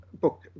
book